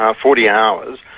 um forty hours,